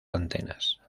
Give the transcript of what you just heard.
antenas